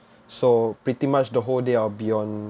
so pretty much the whole day I'll be on